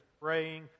praying